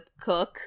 cook